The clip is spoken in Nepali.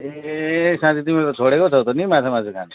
ए साँच्चै तिमीले त छोडेको पो छौ त नि माछामासु खानु